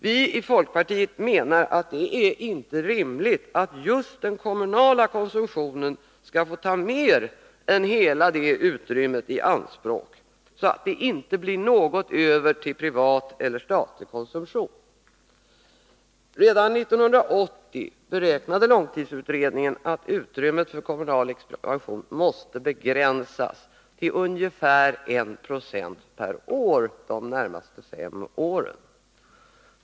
Vi i folkpartiet menar att det inte är rimligt att just den kommunala konsumtionen skall få ta mer än hela utrymmet i anspråk så att det inte blir något över för den privata och statliga konsumtionen. Långtidsutredningen beräknade redan 1980 att utrymmet för den kommunala expansionen måste starkt begränsas, till ungefär 1 20 per år de närmaste fem åren.